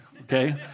Okay